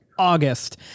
August